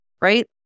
right